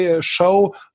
show